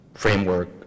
framework